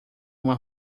uma